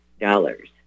dollars